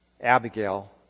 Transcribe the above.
Abigail